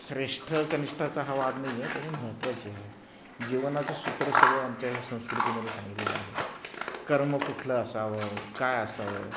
श्रेष्ठ कनिष्ठाचा हा वाद नाही आहे पण हे म्हत्त्वाची आहे जीवनाचं सूत्र सगळं आमच्या ह्या संस्कृतीमध्ये सांगितलेलं आहे कर्म कुठलं असावं काय असावं